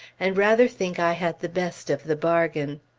and rather think i had the best of the bargain.